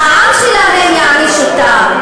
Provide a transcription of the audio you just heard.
העם שלהם יעניש אותם.